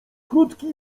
krótki